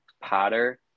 Potter